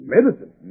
Medicine